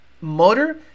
motor